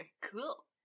cool